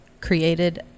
created